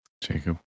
Jacob